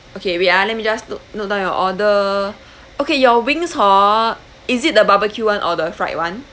okay wait ah let me just note note down your order okay your wings hor is it the barbecue one or the fried one